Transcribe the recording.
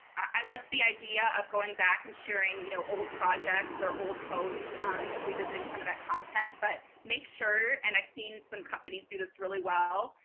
i liked the idea of going back and sharing you know old projects or old posts revisiting some of that content, but make sure and i've seen some companies do this really well,